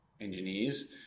engineers